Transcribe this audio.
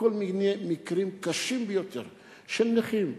לכל מיני מקרים קשים ביותר של נכים.